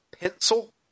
pencil